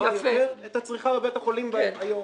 טובה יותר את הצריכה בבית החולים היום.